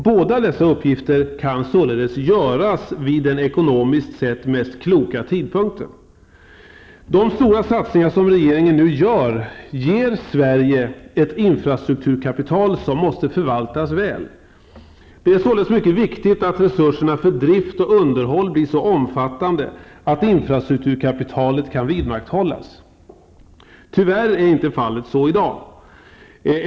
Båda dessa uppgifter kan således fullgöras vid den ekonomiskt sett mest gynnsamma tidpunkten. De stora satsningar som regeringen nu gör ger Sverige ett infrastrukturkapital som måste förvaltas väl. Det är därför mycket viktigt att resurserna för drift och underhåll blir så omfattande att infrastrukturkapitalet kan vidmakthållas. Tyvärr är fallet inte så i dag.